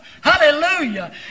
Hallelujah